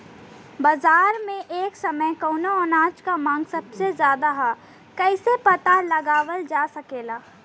बाजार में एक समय कवने अनाज क मांग सबसे ज्यादा ह कइसे पता लगावल जा सकेला?